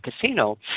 casino